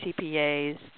CPAs